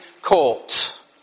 court